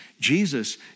Jesus